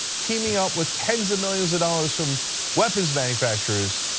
teaming up with tens of millions of dollars from weapons manufacturers,